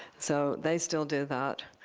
so they still do that.